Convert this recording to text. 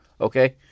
okay